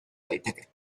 daiteke